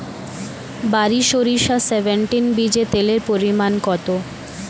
বারি সরিষা সেভেনটিন বীজে তেলের পরিমাণ কত?